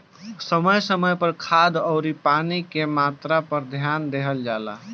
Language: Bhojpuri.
समय समय पर खाद अउरी पानी के मात्रा पर ध्यान देहल जला